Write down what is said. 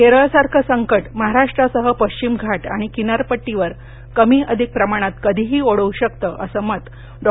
केरळ सारखं संकट महाराष्ट्रासह पश्चिम घाट आणि किनारपट्टीवर कमी अधिक प्रमाणात कधीही ओढवू शकतं असं मत डॉ